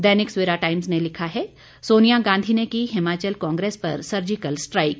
दैनिक Savera Times ने लिखा है सोनिया गांधी ने की हिमाचल कांग्रेस पर सर्जिकल स्ट्राइक